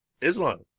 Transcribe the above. Islam